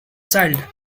child